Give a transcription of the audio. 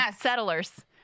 settlers